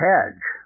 Hedge